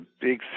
big